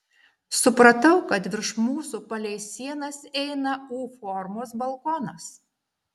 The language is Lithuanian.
supratau kad virš mūsų palei sienas eina u formos balkonas